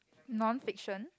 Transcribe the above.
non fiction